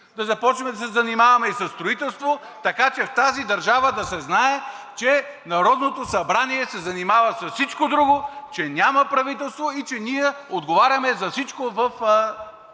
да започнем да се занимаваме и със строителство, така че в тази държава да се знае, че Народното събрание се занимава с всичко друго, че няма правителство и че ние отговаряме за всичко в